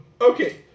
okay